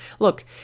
Look